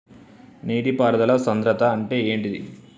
నీటి పారుదల సంద్రతా అంటే ఏంటిది?